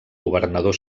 governador